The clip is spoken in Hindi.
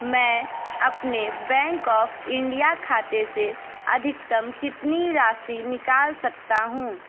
मैं अपने बैंक ऑफ़ इंडिया खाते से अधिकतम कितनी राशि निकाल सकता हूँ